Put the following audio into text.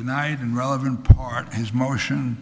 the night and relevant part of his motion